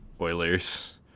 Oilers